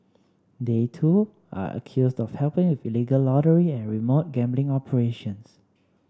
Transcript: they too are accused of helping with illegal lottery and remote gambling operations